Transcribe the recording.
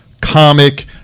comic